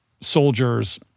soldiers